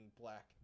black